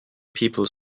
people